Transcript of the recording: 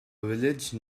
village